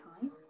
time